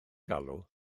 galw